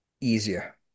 easier